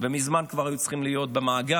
ומזמן כבר היו צריכים להיות במאגר